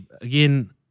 again